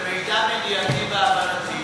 למיטב ידיעתי והבנתי,